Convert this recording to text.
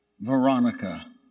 Veronica